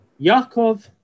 Yaakov